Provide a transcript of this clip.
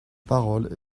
parole